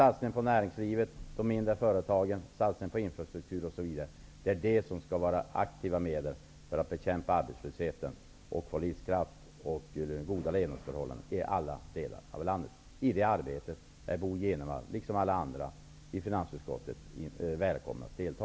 Satsningar på näringslivet, de mindre företagen, infrastruktur osv. skall vara aktiva medel för att bekämpa arbetslösheten och skapa livskraft och goda levnadsförhållanden i alla delar av landet. I det arbetet är Bo G Jenevall liksom alla andra i finansutskottet välkommen att delta.